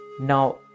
now